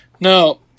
No